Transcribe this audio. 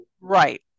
Right